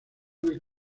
del